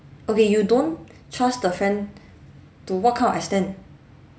okay you don't trust the friend to what kind of extent